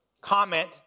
comment